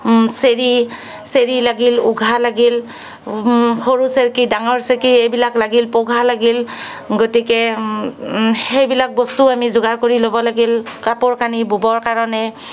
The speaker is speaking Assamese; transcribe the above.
চেৰি চেৰি লাগিল উঘা লাগিল সৰু চেৰেকী ডাঙৰ চেৰেকী এইবিলাক লাগিল পঘা লাগিল গতিকে সেই বিলাক বস্তু আমি যোগাৰ কৰি ল'ব লাগিল কাপোৰ কানি ব'বৰ কাৰণে